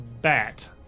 bat